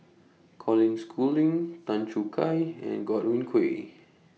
Colin Schooling Tan Choo Kai and Godwin Koay